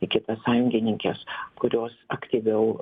kitas sąjungininkes kurios aktyviau